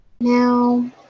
Now